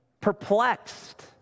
perplexed